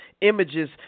images